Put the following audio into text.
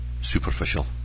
superficial